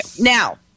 Now